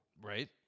Right